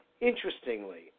interestingly